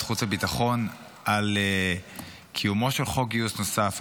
חוץ וביטחון על קיומו של חוק גיוס נוסף,